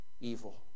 evil